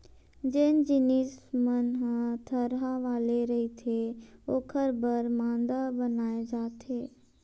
जेन जिनिस मन ह थरहा वाले रहिथे ओखर बर मांदा बनाए जाथे